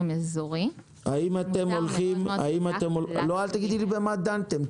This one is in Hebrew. אזורי --- אל תגידי לי במה דנתם.